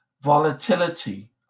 volatility